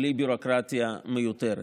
בלי ביורוקרטיה מיותרת.